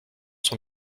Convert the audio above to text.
sont